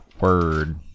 Word